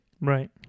Right